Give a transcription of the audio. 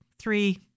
three